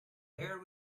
air